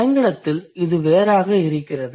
ஆங்கிலத்தில் இதுவேறாக இருக்கிறது